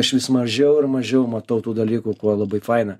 aš vis mažiau ir mažiau matau tų dalykų kuo labai faina